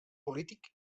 polític